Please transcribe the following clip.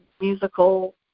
musical